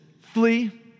flee